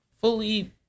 fully